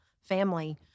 family